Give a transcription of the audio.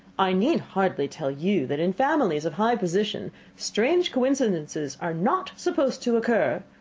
i need hardly tell you that in families of high position strange coincidences are not supposed to occur.